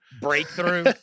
Breakthrough